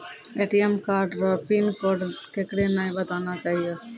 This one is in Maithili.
ए.टी.एम कार्ड रो पिन कोड केकरै नाय बताना चाहियो